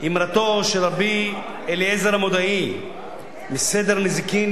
אמרתו של רבי אלעזר המודעי בסדר נזיקין,